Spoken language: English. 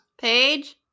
page